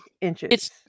inches